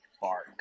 bark